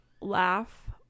laugh